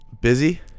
Busy